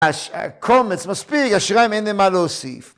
‫הש... קומץ מספיק, ‫השרים אינם על אוסיף.